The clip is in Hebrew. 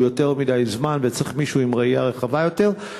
הוא יותר מדי זמן וצריך מישהו עם ראייה רחבה יותר,